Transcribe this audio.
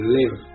live